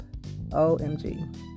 OMG